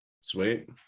Sweet